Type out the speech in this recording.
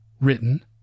written